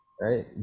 Right